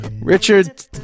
Richard